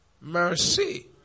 Mercy